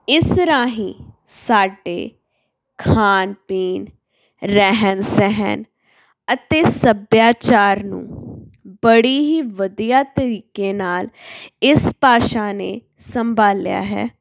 ਇਸ ਰਾਹੀਂ ਸਾਡੇ ਖਾਣ ਪੀਣ ਰਹਿਣ ਸਹਿਣ ਅਤੇ ਸੱਭਿਆਚਾਰ ਨੂੰ ਬੜੀ ਹੀ ਵਧੀਆ ਤਰੀਕੇ ਨਾਲ ਇਸ ਭਾਸ਼ਾ ਨੇ ਸੰਭਾਲਿਆ ਹੈ